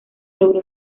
logró